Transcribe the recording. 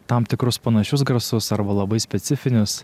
tam tikrus panašius garsus arba labai specifinius